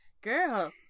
Girl